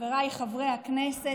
חבריי חברי הכנסת,